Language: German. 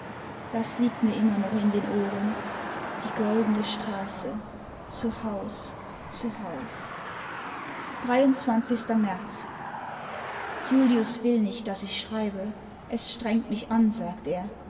das liegt mir immer noch in den ohren die goldene straße zu haus zu haus märz julius will nicht daß ich schreibe es strengt nüch an sagt er